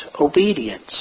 Obedience